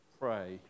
pray